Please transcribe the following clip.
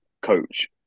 coach